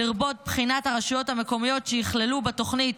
לרבות בחינת הרשויות המקומיות שייכללו בתוכנית,